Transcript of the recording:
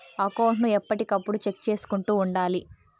account ను ఎప్పటికప్పుడు check చేసుకుంటూ ఉండాలి